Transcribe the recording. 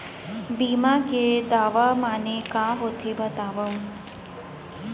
बीमा के दावा माने का होथे बतावव?